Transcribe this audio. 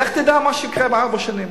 לך תדע מה שיקרה בארבע שנים.